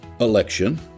election